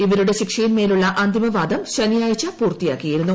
ഇവരുടെ ശിക്ഷത്തിൻ ്മേലുള്ള അന്തിമവാദം ശനിയാഴ്ച പൂർത്തിയാക്കിയിരുന്നു